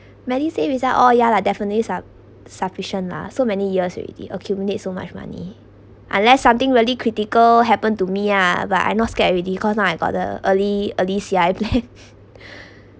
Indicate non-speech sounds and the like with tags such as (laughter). medisave is at all ya lah definitely su~ sufficient lah so many years already accumulate so much money unless something really critical happen to me ah but I not scared already cause now I got the early early C_I_F (laughs)